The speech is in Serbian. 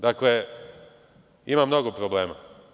Dakle, ima mnogo problema.